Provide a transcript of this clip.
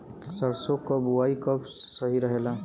सरसों क बुवाई कब सही रहेला?